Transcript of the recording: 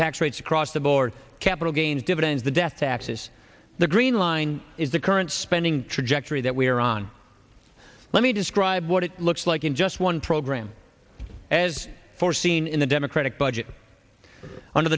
tax rates across the board capital gains dividends the death tax is the green line is the current spending trajectory that we are on let me describe what it looks like in just one program as foreseen in the democratic budget under